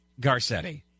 Garcetti